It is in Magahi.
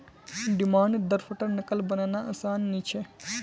डिमांड द्रफ्टर नक़ल बनाना आसान नि छे